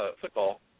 football